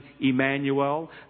Emmanuel